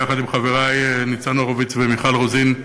יחד עם חברי ניצן הורוביץ ומיכל רוזין,